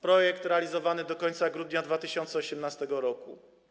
Projekt realizowany do końca grudnia 2018 r.